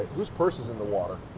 who's purse is in the water?